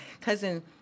cousin